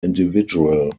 individual